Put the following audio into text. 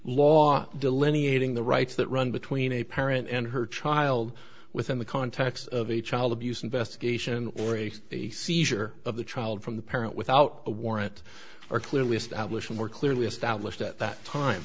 law delineating the rights that run between a parent and her child within the context of a child abuse investigation or a seizure of the child from the parent without a warrant or clearly establish more clearly established at that time